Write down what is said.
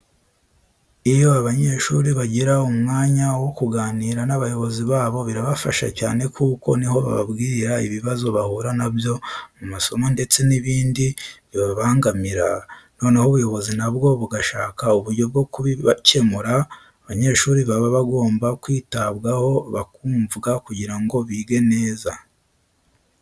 Iyo abanyeshuri bagira umwanya wo kuganira n'abayobozi babo birabafasha cyane kuko ni ho bababwirira ibibazo bahura na byo mu masomo ndetse n'ibindi bibabangamira, noneho ubuyobozi na bwo bugashaka uburyo bwo kubikemura. Abanyeshuri baba bagomba kwitabwaho, bakumvwa kugira ngo bige neza.